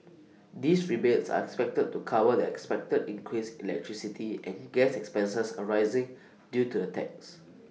these rebates are expected to cover the expected increase electricity and gas expenses arising due to the tax